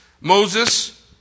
Moses